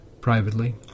privately